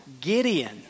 Gideon